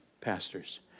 pastors